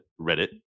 Reddit